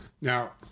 Now